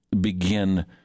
begin